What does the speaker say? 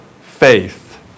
faith